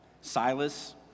Silas